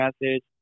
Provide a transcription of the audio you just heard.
message